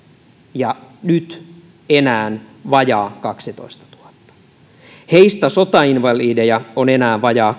ja nyt enää vajaa kahdestoistatuhannes heistä sotainvalideja on enää vajaa